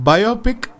Biopic